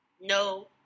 No